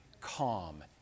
calm